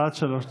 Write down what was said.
עד שלוש דקות.